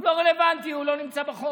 אבל זה לא רלוונטי, הוא לא נמצא בחוק.